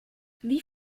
wie